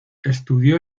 estudió